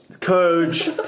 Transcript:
Coach